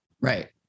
Right